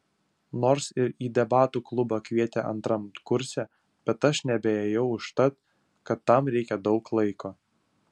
nors ir į debatų klubą kvietė antram kurse bet aš nebeėjau užtat kad tam reikia daug laiko